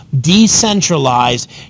Decentralized